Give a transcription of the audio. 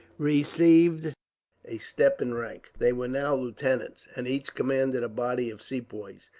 received a step in rank. they were now lieutenants, and each commanded a body of sepoys,